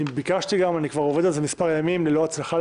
אני ביקשתי גם ואני עובד על זה כבר כמה ימים בלי הצלחה,